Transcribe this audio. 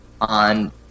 on